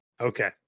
okay